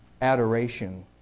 adoration